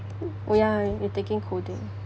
ya you taking coding